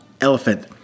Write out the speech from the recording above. elephant